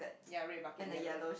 ya red bucket yellow